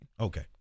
Okay